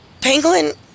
pangolin